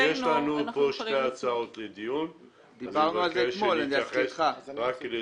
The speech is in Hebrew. אז יש לנו פה שנתי הצעות לדיון אני מבקש להתייחס לזה.